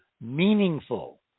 meaningful